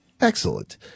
excellent